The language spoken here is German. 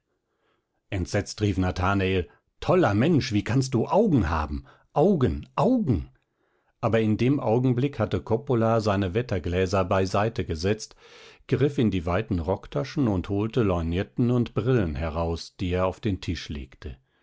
entsetzt rief nathanael toller mensch wie kannst du augen haben augen augen aber in dem augenblick hatte coppola seine wettergläser beiseite gesetzt griff in die weiten rocktaschen und holte lorgnetten und brillen heraus die er auf den tisch legte